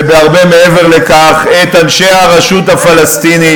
ובהרבה מעבר לכך את אנשי הרשות הפלסטינית,